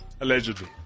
Allegedly